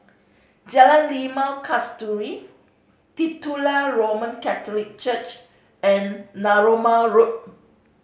Jalan Limau Kasturi Titular Roman Catholic Church and Narooma Road